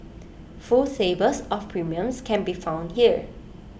full tables of premiums can be found here